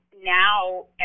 now